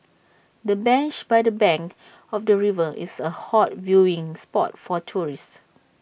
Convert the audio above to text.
the bench by the bank of the river is A hot viewing spot for tourists